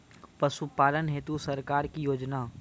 पशुपालन हेतु सरकार की योजना?